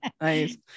Nice